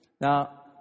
Now